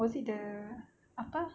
was it the apa